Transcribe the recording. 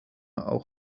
auch